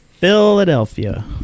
Philadelphia